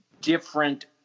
different